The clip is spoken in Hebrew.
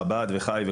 מבט וח"י,